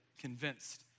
convinced